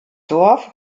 dorf